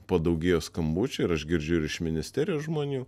padaugėjo skambučių ir aš girdžiu ir iš ministerijos žmonių